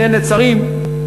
בני-נצרים.